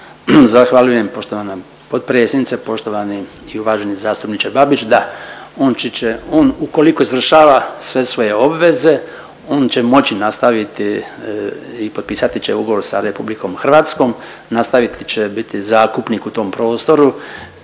Zahvaljujem poštovana potpredsjednice. Poštovani i uvaženi zastupniče Babić da on …/Govornik se ne razumije./… on ukoliko izvršava sve svoje obveze on će moći nastaviti i potpisati će ugovor sa RH, nastaviti će biti zakupnik u tom prostoru,